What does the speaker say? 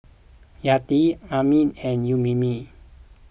Yati Amrin and Ummi